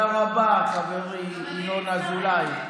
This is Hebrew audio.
תודה רבה, חברי ינון אזולאי.